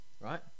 Right